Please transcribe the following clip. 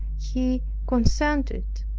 he consented.